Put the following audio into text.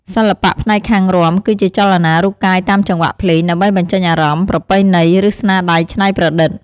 សិល្បៈផ្នែកខាងរាំ គឺជាចលនារូបកាយតាមចង្វាក់ភ្លេង ដើម្បីបញ្ចេញអារម្មណ៍ ប្រពៃណី ឬស្នាដៃច្នៃប្រឌិត។